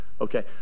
Okay